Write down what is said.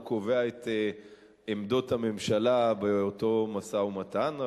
קובע את עמדות הממשלה באותו משא-ומתן.